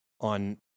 on